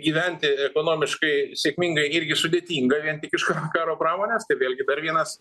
gyventi ekonomiškai sėkmingai irgi sudėtinga vien tik iš ka karo pramonės tai vėlgi dar vienas